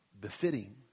befitting